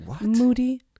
moody